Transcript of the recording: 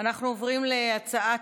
אנחנו עוברים לסעיף,